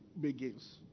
begins